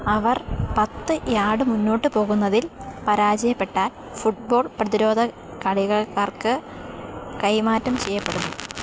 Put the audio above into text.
അവർ പത്ത് യാഡ് മുന്നോട്ട് പോകുന്നതിൽ പരാജയപ്പെട്ടാൽ ഫുട്ബോൾ പ്രതിരോധകളികൾക്കാർക്ക് കൈമാറ്റം ചെയ്യപ്പെടും